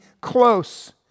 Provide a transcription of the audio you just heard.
close